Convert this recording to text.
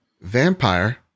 Vampire